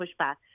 pushback